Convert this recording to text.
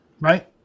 right